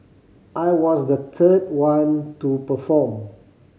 I was the third one to perform